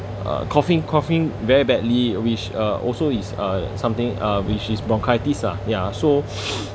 a coughing coughing very badly which are also is a something uh which is bronchitis ah ya so